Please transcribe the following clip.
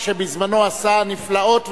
שבזמנו עשה נפלאות ורבות,